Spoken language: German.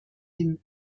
hin